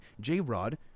J-Rod